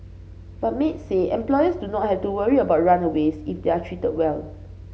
but maids say employers do not have to worry about runaways if they are treated well